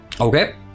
okay